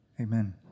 Amen